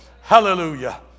Hallelujah